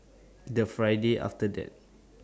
The Friday after that